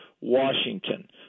Washington